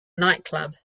nightclub